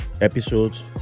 episodes